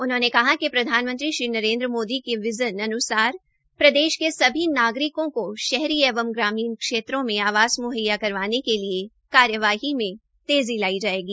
उन्होंने कहा कि प्रधानमंत्री श्री नरेन्द्र मोदी के विजन अन्सार प्रदेश के सभी नागरिकों को शहरी एवं ग्रामीण क्षेत्रों में आवास म्हैया करवाने के लिए कार्यवाही में तेजी लाई जाएगी